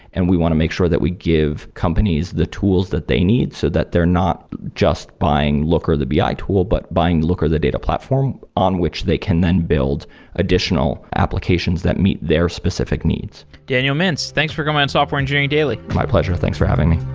and we want to make sure that we give companies the tools that they need, so that they're not just buying looker the bi tool, but buying looker the data platform, on which they can then build additional applications that meet their specific needs daniel mintz, thanks for coming on software engineering daily my pleasure. thanks for having me